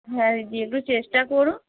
হ্যাঁ দিদি একটু চেষ্টা করুন